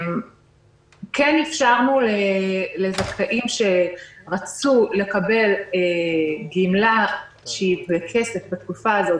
כן אפשרנו לזכאים שרצו לקבל גימלה שהיא בכסף בתקופה הזאת,